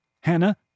Hannah